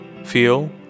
feel